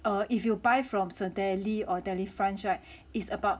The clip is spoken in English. err if you buy from Cedele or Delifrance [right] it's about